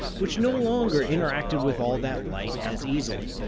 which no longer interacted with all that light as easily.